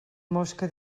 mosca